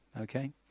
okay